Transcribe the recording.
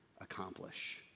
accomplish